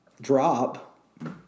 drop